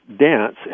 dance